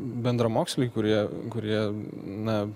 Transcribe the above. bendramoksliai kurie kurie na